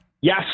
Yes